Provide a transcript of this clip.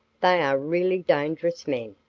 they are really dangerous men,